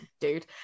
dude